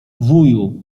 wuju